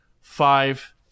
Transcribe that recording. five